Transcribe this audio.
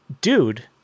Dude